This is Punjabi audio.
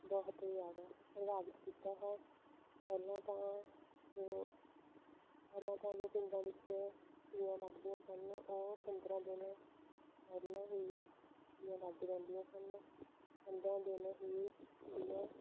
ਬਹੁਤ ਜ਼ਿਆਦਾ ਪ੍ਰਭਾਵਿਤ ਕੀਤਾ ਹੈ ਪਹਿਲਾਂ ਤਾਂ ਜੋ ਪਹਿਲਾਂ ਤਾਂ ਜੋ ਪਿੰਡਾਂ ਵਿੱਚ ਤੀਆਂ ਲੱਗਦੀਆਂ ਸਨ ਉਹ ਪੰਦਰਾਂ ਦਿਨ ਪਹਿਲਾਂ ਹੀ ਤੀਆਂ ਲੱਗ ਜਾਂਦੀਆਂ ਸਨ ਪੰਦਰਾਂ ਦਿਨ ਹੀ ਕੁੜੀਆਂ